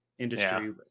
industry